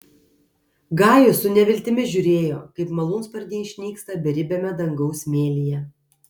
gajus su neviltimi žiūrėjo kaip malūnsparniai išnyksta beribiame dangaus mėlyje